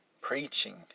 preaching